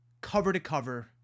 cover-to-cover